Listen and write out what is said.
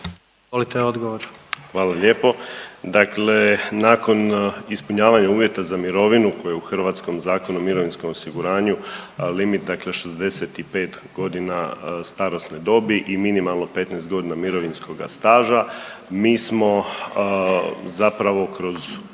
Hvala lijepo. Dakle nakon ispunjavanja uvjeta za mirovinu koju u hrvatskom Zakonu o mirovinskom osiguranju limit dakle 65 godina starosne dobi i minimalno 15 godina mirovinskoga staža, mi smo zapravo kroz